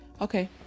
Okay